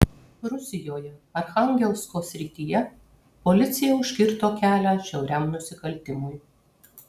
rusijoje archangelsko srityje policija užkirto kelią žiauriam nusikaltimui